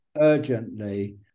urgently